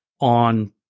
on